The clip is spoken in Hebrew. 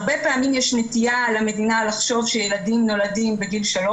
הרבה פעמים יש נטייה למדינה לחשוב שילדים נולדים בגיל 3,